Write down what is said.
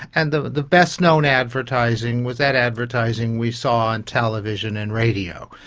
and the the best-known advertising was that advertising we saw on television and radio.